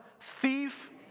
Thief